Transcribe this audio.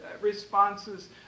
responses